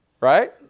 Right